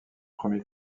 premier